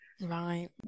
Right